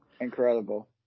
incredible